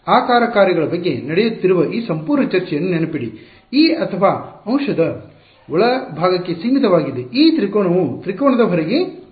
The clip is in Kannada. ಆಕಾರ ಕಾರ್ಯಗಳ ಬಗ್ಗೆ ನಡೆಯುತ್ತಿರುವ ಈ ಸಂಪೂರ್ಣ ಚರ್ಚೆ ಯನ್ನು ನೆನಪಿಡಿ ಈ ಅಥವಾ ಅಂಶದ ಒಳಭಾಗಕ್ಕೆ ಸೀಮಿತವಾಗಿದೆ ಈ ತ್ರಿಕೋನವು ತ್ರಿಕೋನದ ಹೊರಗೆ ಅಲ್ಲ